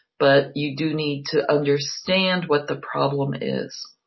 but you do need to understand what the problem is.